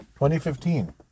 2015